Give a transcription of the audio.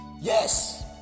yes